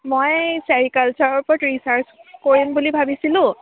মই ছেৰিকালছাৰৰ ওপৰত ৰিছাৰ্চ কৰিম বুলি ভাবিছিলোঁ